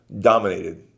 dominated